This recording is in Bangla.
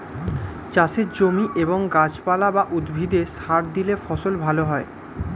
চাষের জমি এবং গাছপালা বা উদ্ভিদে সার দিলে ফসল ভালো হয়